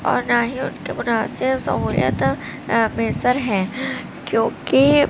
اور نہ ہی ان کے مناسب سہولیت میسر ہیں کیونکہ